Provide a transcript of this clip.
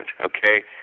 okay